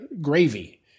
gravy